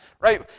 right